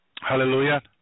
Hallelujah